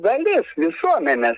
dalis visuomenės